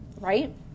right